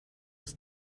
des